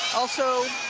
also,